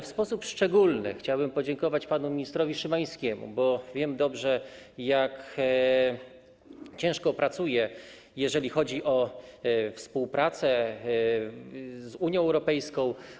W sposób szczególny chciałbym podziękować panu ministrowi Szymańskiemu, bo wiem dobrze, jak ciężko pracuje, jaki jest aktywny, jeżeli chodzi o współpracę z Unią Europejską.